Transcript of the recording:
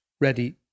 ready